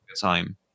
time